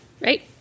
right